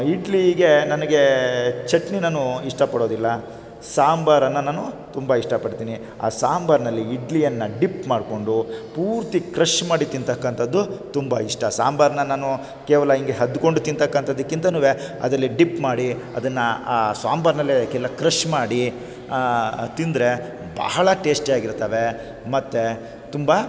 ಇಡ್ಲಿಗೆ ನನಗೆ ಚಟ್ನಿ ನಾನು ಇಷ್ಟ ಪಡೋದಿಲ್ಲ ಸಾಂಬಾರನ್ನು ನಾನು ತುಂಬ ಇಷ್ಟಪಡ್ತೀನಿ ಆ ಸಾಂಬರಿನಲ್ಲಿ ಇಡ್ಲಿಯನ್ನು ಡಿಪ್ ಮಾಡಿಕೊಂಡು ಪೂರ್ತಿ ಕ್ರಷ್ ಮಾಡಿ ತಿಂತಕ್ಕಂಥದ್ದು ತುಂಬ ಇಷ್ಟ ಸಾಂಬಾರನ್ನ ನಾನು ಕೇವಲ ಹಿಂಗೆ ಅದ್ಕೊಂಡು ತಿಂತಕ್ಕಂಥದ್ದಕ್ಕಿಂತನೂ ಅದರಲ್ಲಿ ಡಿಪ್ ಮಾಡಿ ಅದನ್ನು ಆ ಸಾಂಬಾರಿನಲ್ಲೇ ಎಲ್ಲ ಕ್ರಷ್ ಮಾಡಿ ತಿಂದರೆ ಬಹಳ ಟೇಸ್ಟಿಯಾಗಿರ್ತಾವೆ ಮತ್ತು ತುಂಬ